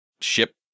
ship